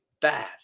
Bad